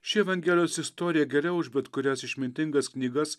ši evangelijos istorija geriau už bet kurias išmintingas knygas